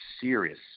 serious